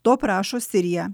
to prašo sirija